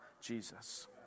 Jesus